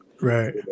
Right